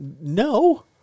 No